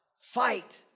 Fight